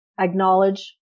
Acknowledge